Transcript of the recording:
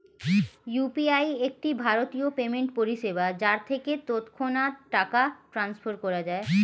UPI একটি ভারতীয় payment পরিষেবা যার থেকে তৎক্ষণাৎ টাকা ট্রান্সফার করা যায়